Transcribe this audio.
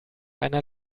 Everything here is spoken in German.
einer